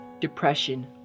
depression